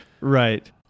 Right